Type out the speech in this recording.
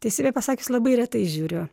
teisybę pasakius labai retai žiūriu